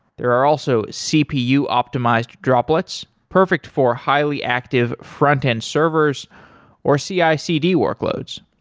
there are also cpu optimized droplets, perfect for highly active frontend servers or cicd workloads,